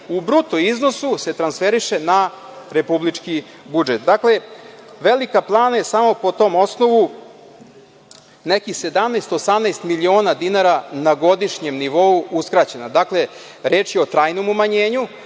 u bruto iznosu se transferiše na republički budžet. Dakle, Velika Plana je samo po tom osnovu nekih 17, 18 miliona dinara na godišnjem nivou uskraćena. Reč je o trajnom umanjenju,